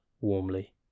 warmly